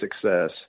success